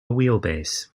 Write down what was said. wheelbase